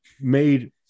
made